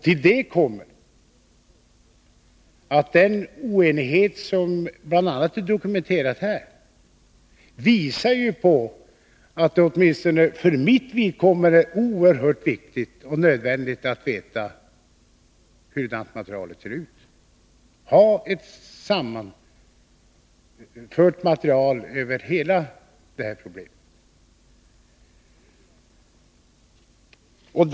Till detta kommer att den oenighet som är dokumenterad bl.a. här, visar på att det, åtminstone för mitt vidkommande, är oerhört viktigt och nödvändigt att ha ett material över hela problemet.